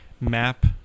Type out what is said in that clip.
map